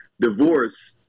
Divorce